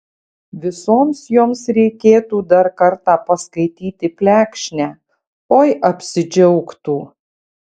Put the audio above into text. visoms joms reikėtų dar kartą paskaityti plekšnę oi apsidžiaugtų